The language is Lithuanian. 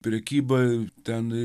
prekyba ten